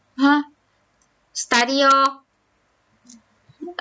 !huh! study orh